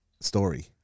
story